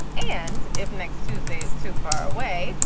and if next tuesday is too far away,